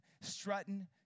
strutting